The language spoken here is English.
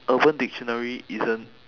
urban dictionary isn't